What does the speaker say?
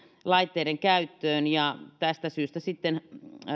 laitteiden käyttöön ja tästä syystä sitten